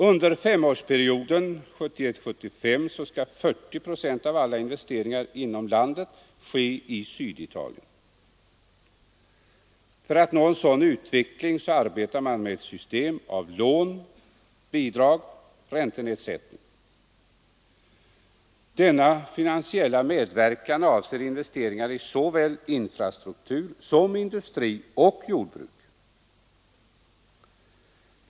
Under femårsperioden 1971—1975 skall 40 procent av alla investeringar inom landet ske i Syditalien. För att nå en sådan utveckling arbetar man med ett system av lån, bidrag och räntenedsättning. Denna finansiella medverkan avser investeringar i såväl infrastruktur som industri och jordbruk.